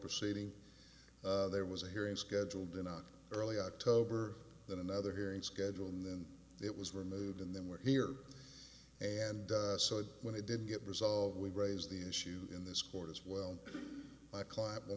proceeding there was a hearing scheduled in on early october that another hearing scheduled and then it was removed and then we're here and so when they did get resolved we raise the issue in this court as well my client will